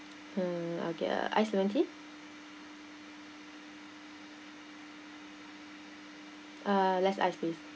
mm I get a ice lemon tea uh less ice please